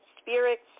spirits